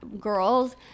girls